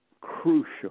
crucial